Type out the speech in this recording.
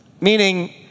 Meaning